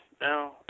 now